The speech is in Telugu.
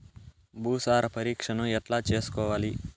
భూసార పరీక్షను ఎట్లా చేసుకోవాలి?